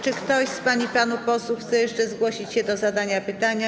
Czy ktoś z pań i panów posłów chce jeszcze zgłosić się do zadania pytania?